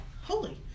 holy